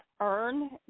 earn